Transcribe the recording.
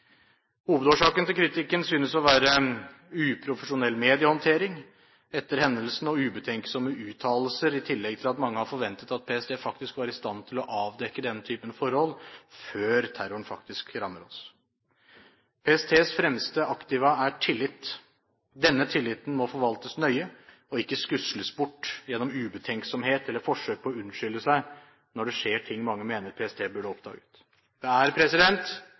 Hovedårsaken til kritikken synes å være uprofesjonell mediehåndtering etter hendelsene og ubetenksomme uttalelser, i tillegg til at mange har forventet at PST faktisk var i stand til å avdekke denne typen forhold før terroren faktisk rammer oss. PSTs fremste aktiva er tillit. Denne tilliten må forvaltes nøye og ikke skusles bort gjennom ubetenksomhet eller forsøk på å unnskylde seg når det skjer ting mange mener PST burde oppdaget.